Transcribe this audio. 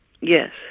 Yes